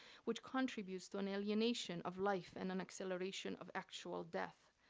which contributes to an alienation of life and an acceleration of actual death.